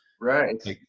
Right